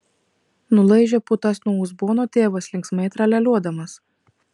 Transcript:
nulaižė putas nuo uzbono tėvas linksmai tralialiuodamas